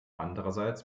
andererseits